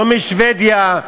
לא משבדיה,